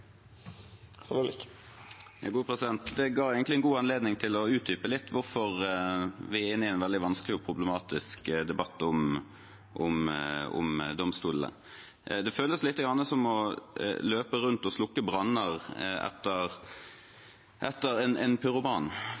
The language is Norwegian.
Det ga meg egentlig en god anledning til å utdype litt hvorfor vi er inne i en veldig vanskelig og problematisk debatt om domstolene. Det føles litt som å løpe rundt og slukke branner etter en